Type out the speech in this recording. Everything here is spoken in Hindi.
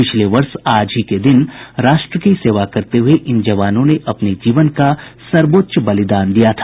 पिछले वर्ष आज ही के दिन राष्ट्र की सेवा करते हुए इन जवानों ने अपने जीवन का सर्वोच्च बलिदान दिया था